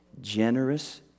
generous